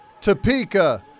Topeka